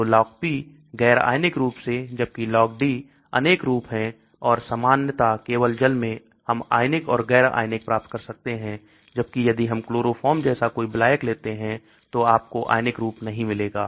तो LogP गैर आयनिक रूप है जबकि LogD अनेक रूप है और सामान्यता केवल जल में हम आयनिक और गैर आयनिक प्राप्त कर सकते हैं जबकि यदि हम क्लोरोफॉर्म जैसा कोई विलायक लेते हैं तो आपको आयनिक रूप नहीं मिलेगा